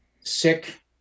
sick